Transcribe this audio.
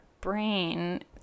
brain